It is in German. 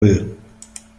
nan